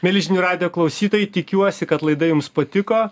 mieli žinių radijo klausytojai tikiuosi kad laida jums patiko